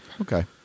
okay